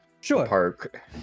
Sure